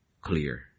clear